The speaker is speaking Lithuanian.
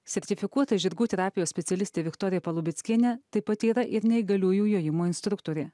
sertifikuota žirgų terapijos specialistė viktorija palubeckienė taip pat yra ir neįgaliųjų jojimo instruktorė